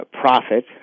profit